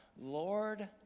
Lord